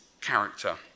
character